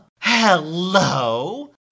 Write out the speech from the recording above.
Hello